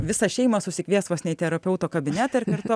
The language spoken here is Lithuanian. visą šeimą susikviest vos ne į terapeuto kabinetą ir kartu